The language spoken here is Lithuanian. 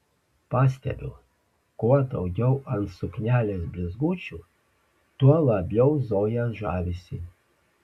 pastebiu kuo daugiau ant suknelės blizgučių tuo labiau zoja žavisi